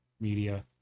media